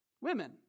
Women